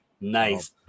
Nice